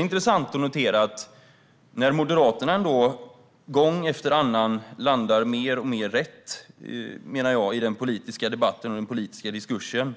Intressant att notera är också att när Moderaterna gång efter annan landar mer och mer rätt i den politiska debatten och diskursen